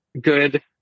good